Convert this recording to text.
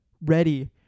ready